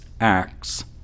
acts